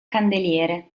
candeliere